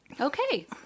okay